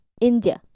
India